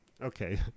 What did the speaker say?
okay